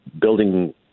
building